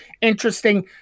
interesting